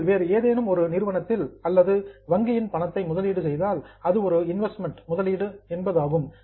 நீங்கள் வேறு ஏதேனும் ஒரு நிறுவனத்தில் அல்லது வங்கியில் பணத்தை முதலீடு செய்தால் அது ஒரு இன்வெஸ்ட்மெண்ட் முதலீடாகும்